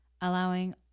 allowing